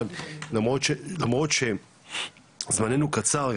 למרות שזמננו קצר היום,